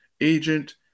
agent